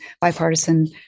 bipartisan